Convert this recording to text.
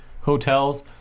hotels